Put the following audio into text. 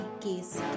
case